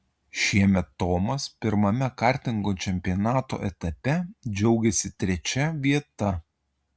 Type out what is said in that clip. šiemet tomas pirmame kartingo čempionato etape džiaugėsi trečia vieta